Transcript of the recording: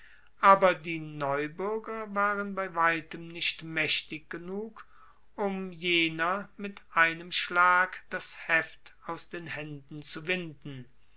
aber die neubuerger waren bei weitem nicht maechtig genug um jener mit einem schlag das heft aus den haenden zu winden